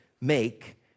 make